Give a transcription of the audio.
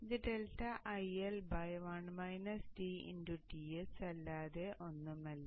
അതിനാൽ ഇത് ∆IL Ts അല്ലാതെ ഒന്നുമല്ല